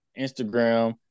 Instagram